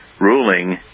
ruling